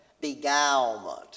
beguilement